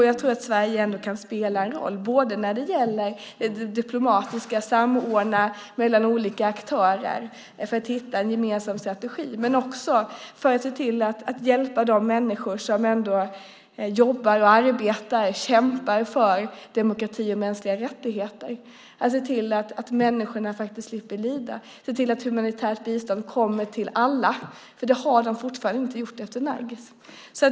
Jag tror att Sverige ändå kan spela en roll, både när det gäller det diplomatiska, det vill säga att samordna mellan olika aktörer för att hitta en gemensam strategi, och när det gäller att hjälpa de människor som ändå jobbar, arbetar och kämpar för demokrati och mänskliga rättigheter, se till att människorna faktiskt slipper lida och att humanitärt bistånd kommer till alla. Det har det ju fortfarande inte gjort efter Nargis.